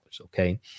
okay